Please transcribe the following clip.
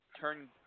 turn